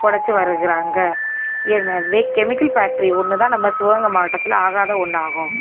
பிழச்சி வருகிறாங்க எனவே chemical factory ஒன்று தான் நம்ம சிவகங்கை மாவட்டத்தில் ஆகாத ஒன்றாகும்